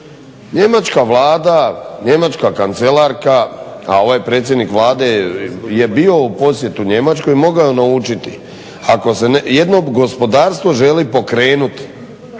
Njemačka vlada, njemačka kancelarka, a ovaj predsjednik Vlade je bio u posjetu Njemačkoj mogao je naučiti. Ako se jednom gospodarstvo želi pokrenuti